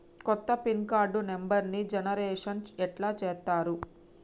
కొత్త pin card నెంబర్ని generation ఎట్లా చేత్తరు?